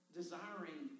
desiring